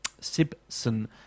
Sibson